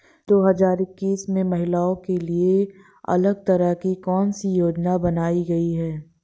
दो हजार इक्कीस में महिलाओं के लिए अलग तरह की कौन सी योजना बनाई गई है?